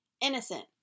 Innocent